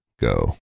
go